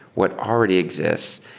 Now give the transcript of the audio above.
what already exists?